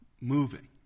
moving